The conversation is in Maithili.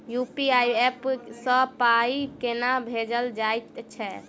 यु.पी.आई ऐप सँ पाई केना भेजल जाइत छैक?